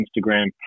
Instagram